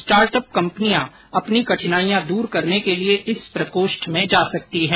startup कंपनियां अपनी कठिनाईयां दूर करने के लिए इस प्रकोष्ठ में जा सकती हैं